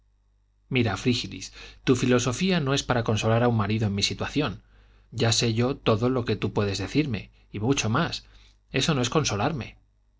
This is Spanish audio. mira frígilis tu filosofía no es para consolar a un marido en mi situación ya sé yo todo lo que tú puedes decirme y mucho más eso no es consolarme